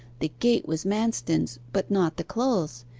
the gait was manston's, but not the clothes.